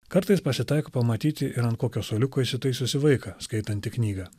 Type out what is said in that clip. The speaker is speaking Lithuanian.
kartais pasitaiko pamatyti ir ant kokio suoliuko įsitaisiusį vaiką skaitantį knygą